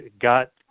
got